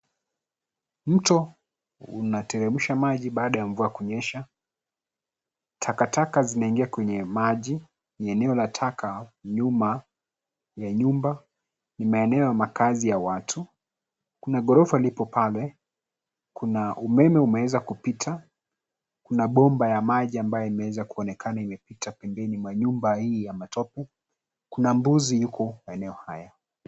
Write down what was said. Mto unateremsha maji baada ya mvua kunyesha. Takataka zimeingia kwenye maji ni eneo la taka nyuma ya nyumba. Ni maeneo ya makaazi ya watu. Kuna gofora lipo pale. Kuna umeme umeeza kupita. Kuna bomba ya maji ambayo imeeza kuonekana imepita pembeni mwa nyumba hii ya matope. Kuna mbuzi yuko maeneo haya.